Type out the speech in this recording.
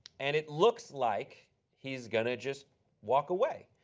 and it looks like he is going to just walk away.